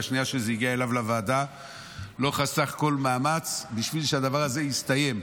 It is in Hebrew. מהשנייה שזה הגיע אליו לוועדה לא חסך כל מאמץ בשביל שהדבר הזה יסתיים,